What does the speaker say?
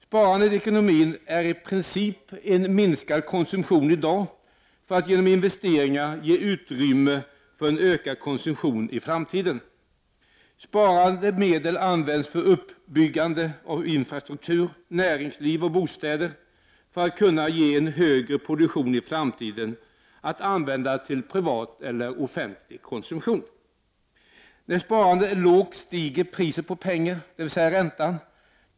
Sparande i ekonomin är i princip en minskad konsumtion i dag för att genom investeringar ge utrymme för en ökad konsumtion i framtiden. Sparade medel används för uppbyggande av infrastruktur, näringsliv och bostäder, för att kunna ge en högre produktion i framtiden att använda till privat eller offentlig konsumtion. När sparandet är lågt stiger priset på pengar, dvs. räntan.